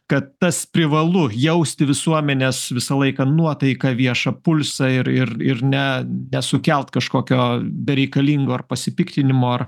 kad tas privalu jausti visuomenės visą laiką nuotaiką viešą pulsą ir ir ir ne nesukelt kažkokio bereikalingo ar pasipiktinimo ar